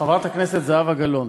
חברת הכנסת זהבה גלאון,